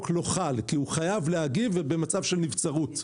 לא חל כי הוא חייב להגיב במצב של נבצרות.